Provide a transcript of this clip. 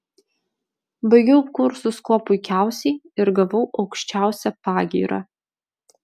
baigiau kursus kuo puikiausiai ir gavau aukščiausią pagyrą